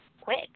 quick